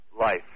Life